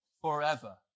forever